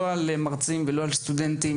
לא על מרצים ולא על סטודנטים,